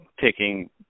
taking